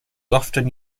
often